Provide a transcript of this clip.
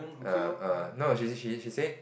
err err no she she she said